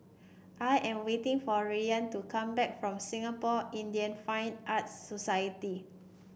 I am waiting for Rayan to come back from Singapore Indian Fine Arts Society